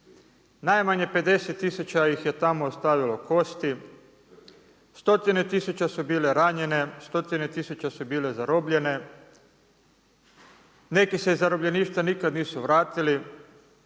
najmanje 50 tisuća ih je tamo ostavilo kosti, stotine tisuća su bile ranjene, stotine tisuća su bile zarobljene, neki se iz zarobljeništva nikada nisu vratili.